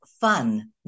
fun